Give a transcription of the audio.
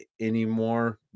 anymore